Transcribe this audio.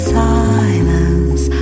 silence